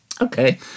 Okay